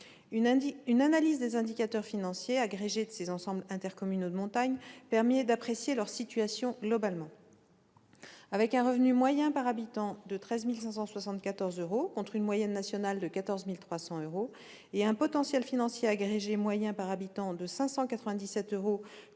Une analyse des indicateurs financiers agrégés des ensembles intercommunaux de montagne permet d'apprécier leur situation globalement. Avec un revenu moyen par habitant de 13 574,09 euros, contre une moyenne nationale de 14 304 euros, et un potentiel financier agrégé moyen par habitant de 597,14 euros,